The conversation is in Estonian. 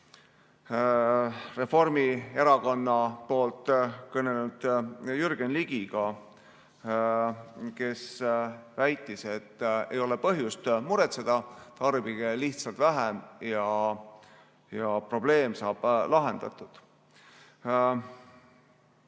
Reformierakonna poolt kõnelenud Jürgen Ligiga, kes väitis, et ei ole põhjust muretseda, tarbige lihtsalt vähem ja probleem saab lahendatud. Ma